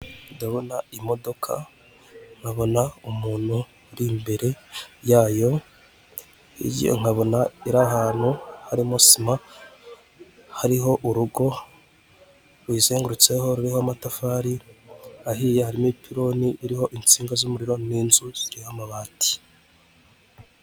Ndabona imodoka, nkabona umuntu uri imbere yayo, nkabona iri ahantu harimo sima, hariho urugo ruyizengurutseho ruho amatafari ahiye hari n'mipiloni iriho insinga z'umuriro n'inzu ziriho amabati.